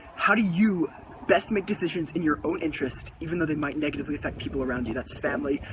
how do you best make decisions in your own interest even though they might negatively affect people around you. that's family,